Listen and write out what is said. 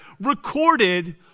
recorded